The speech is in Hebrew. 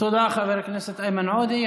חבר הכנסת איימן עודה.